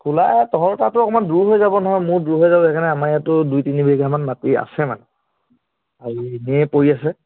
খোলা তহঁতৰ তাতো অকণমান দূৰ হৈ যাব নহয় মোৰ দূৰ হৈ যাব সেইকাৰণে আমাৰ ইয়াতো দুই তিনি বিঘামান মাটি আছে মানে হেৰি এনেই পৰি আছে